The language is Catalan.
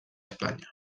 espanya